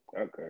Okay